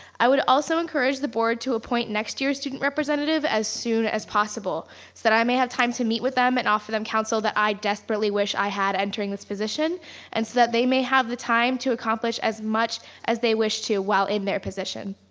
i would also encourage the board to point next year's student representative as soon as possible so that i may have time to meet with them and ah for counsel that i desperately wish i had entering this position and so that they may have time to accomplish as much as they wish to while in their possession.